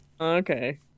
Okay